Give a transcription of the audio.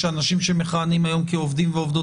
יש אנשים שמכהנים היום כעובדים ועובדות